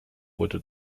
wurde